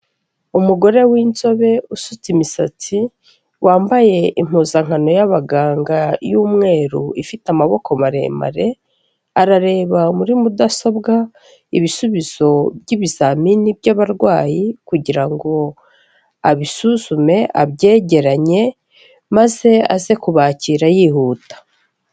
Umugore w'inzobe usutse imisatsi, wambaye impuzankano y'abaganga y'umweru ifite amaboko maremare, arareba muri mudasobwa ibisubizo by'ibizamini by'abarwayi kugira abisuzume abyegeranye, maze aze kubakira yihuta.